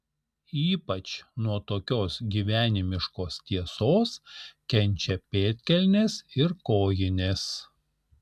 ypač nuo tokios gyvenimiškos tiesos kenčia pėdkelnės ir kojinės